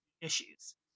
issues